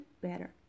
better